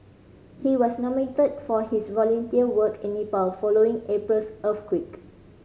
he was nominated for his volunteer work in Nepal following April's earthquake